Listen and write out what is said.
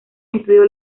estudió